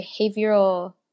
behavioral